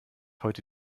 heute